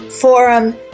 forum